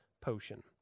potion